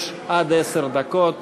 יש עד עשר דקות